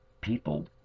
People